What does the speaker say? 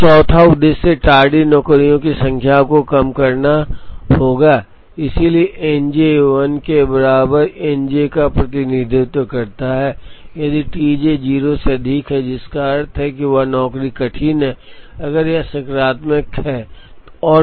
तो चौथा उद्देश्य टार्डी नौकरियों की संख्या को कम करना होगा इसलिए एन जे 1 के बराबर एन जे का प्रतिनिधित्व करता है यदि टी जे 0 से अधिक है जिसका अर्थ है कि यह नौकरी कठिन है अगर यह सकारात्मक है